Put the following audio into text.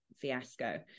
fiasco